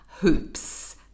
Hoops